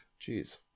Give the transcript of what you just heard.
Jeez